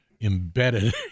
embedded